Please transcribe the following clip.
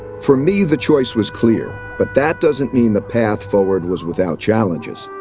for me, the choice was clear, but that doesn't mean the path forward was without challenges.